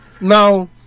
Now